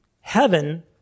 heaven